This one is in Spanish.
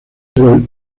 pero